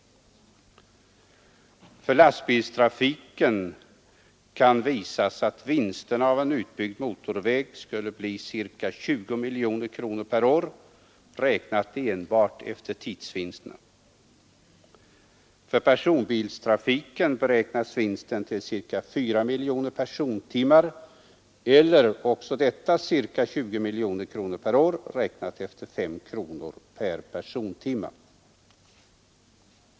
För lastbilstrafiken kan visas att vinsten av en utbyggd motorväg blir ca 20 milj.kr. per år räknat enbart efter tidsvinsterna. För personbilstrafiken beräknas vinsten till ca 4 milj. persontimmar eller ca 20 milj.kr. per år räknat efter 5 kr. per persontimme.